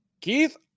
Keith